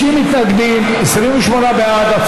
50 מתנגדים, 28 בעד.